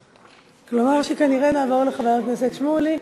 כלומר, כנראה נעבור לחבר הכנסת שמולי,